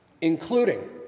Including